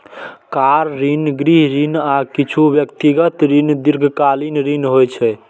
car ऋण, गृह ऋण, आ किछु व्यक्तिगत ऋण दीर्घकालीन ऋण होइ छै